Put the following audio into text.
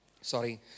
sorry